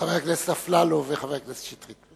חבר הכנסת אפללו וחבר הכנסת שטרית.